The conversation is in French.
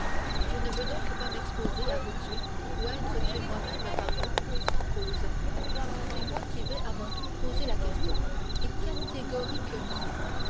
je ne veux donc pas m'exposer à vous tuer ou à être tué moi-même par vous sans cause c'est moi qui vais à mon tour poser la question et ca té go ri que ment